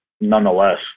nonetheless